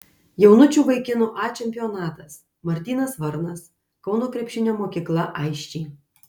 jaunučių vaikinų a čempionatas martynas varnas kauno krepšinio mokykla aisčiai